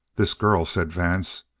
this girl said vance.